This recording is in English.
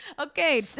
okay